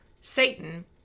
Satan